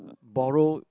borrow